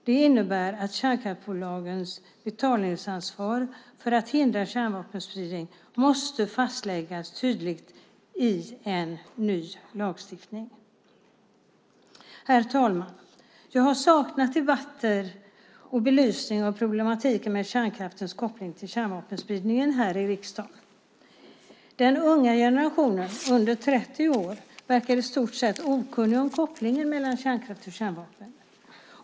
Det innebär att kärnkraftsbolagens betalningsansvar för att hindra kärnvapenspridning måste fastläggas tydligt i en ny lagstiftning. Herr talman! Jag har här i riksdagen saknat debatter om och belysning av problematiken med kärnkraftens koppling till kärnvapenspridningen. Den unga generationen, under 30 år, verkar i stort sett okunnig om kopplingen mellan kärnkraft och kärnvapen.